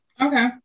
Okay